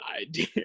idea